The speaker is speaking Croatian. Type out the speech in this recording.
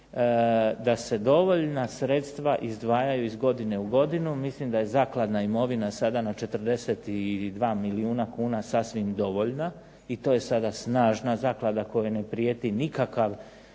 da se dovoljna sredstva izdvajaju iz godine u godinu. Mislim da je zakladna imovina sada na 42 milijuna kuna sasvim dovoljna i to je sada snažna zaklada kojoj ne prijeti nikakav